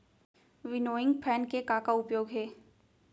Winnowing fan के का का उपयोग हे?